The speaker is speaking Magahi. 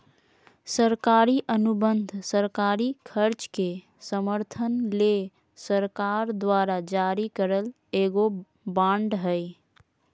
सरकारी अनुबंध सरकारी खर्च के समर्थन ले सरकार द्वारा जारी करल एगो बांड हय